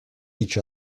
each